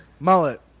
Mullet